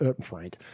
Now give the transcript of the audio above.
Frank –